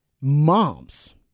moms